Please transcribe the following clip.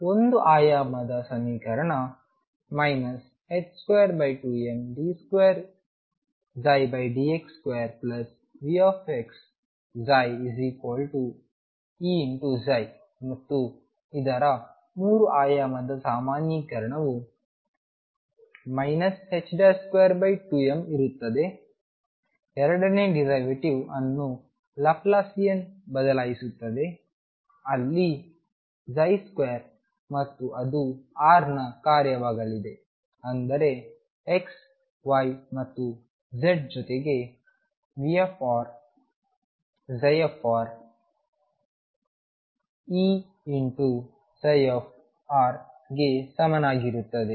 ಆದ್ದರಿಂದ ಒಂದು ಆಯಾಮದ ಸಮೀಕರಣ 22md2dx2VψEψ ಮತ್ತು ಇದರ 3 ಆಯಾಮದ ಸಾಮಾನ್ಯೀಕರಣವು 22mಇರುತ್ತದೆ ಎರಡನೇ ಡಿರೈವೆಟಿವ್ ಅನ್ನು ಲ್ಯಾಪ್ಲಾಸಿಯನ್ ಬದಲಾಯಿಸುತ್ತದೆ ಅಲ್ಲಿ ψ2 ಮತ್ತು ಅದು r ನ ಕಾರ್ಯವಾಗಲಿದೆ ಅಂದರೆ x y ಮತ್ತು z ಜೊತೆಗೆ V ψ Eψ ಗೆ ಸಮನಾಗಿರುತ್ತದೆ